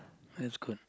that's good